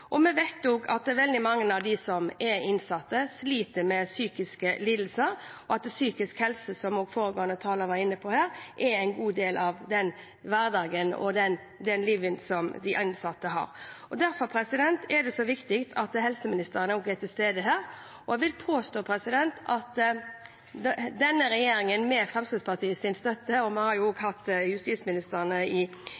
og hvordan hverdagen er i fengslene. Vi vet også at veldig mange av de innsatte sliter med psykiske lidelser, og at psykisk helse, som også foregående taler var inne på, er en stor del av den hverdagen og det livet som de innsatte har. Derfor er det så viktig at også helseministeren er til stede her. Jeg vil påstå at denne regjeringen, med Fremskrittspartiets støtte – vi har jo